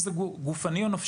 אם זה גופני או נפשי.